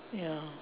ya